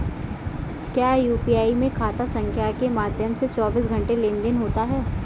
क्या यू.पी.आई में खाता संख्या के माध्यम से चौबीस घंटे लेनदन होता है?